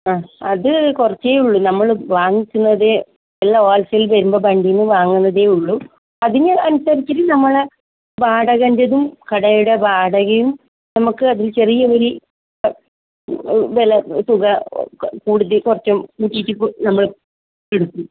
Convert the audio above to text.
ആ അത് കുറച്ചെ ഉള്ളു നമ്മൾ വാങ്ങിക്കുന്നത് എല്ലാം ഹോൾസെയില് വരുന്ന വണ്ടി നിന്ന് വാങ്ങുന്നതേ ഉള്ളു അതിന് അനുസരിച്ചിട്ട് നമ്മൾ വാടകൻ്റെതും കടയുടെ വാടകയും നമ്മൾക്ക് അതിൻ്റെ ചെറിയകൂലി വല്ല തുക കൂടുതലും കുറച്ച് കൂട്ടി യ്ട്ട നമ്മ എടുക്കും